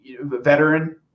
veteran